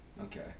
Okay